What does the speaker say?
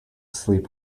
sleep